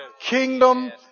kingdom